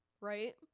Right